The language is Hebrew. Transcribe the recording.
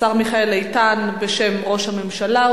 השר מיכאל איתן בשם ראש הממשלה.